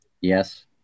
Yes